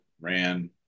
ran